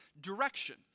direction